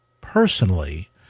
personally